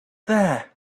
there